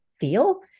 Feel